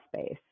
space